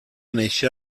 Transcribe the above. néixer